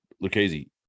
Lucchese